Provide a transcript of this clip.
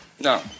No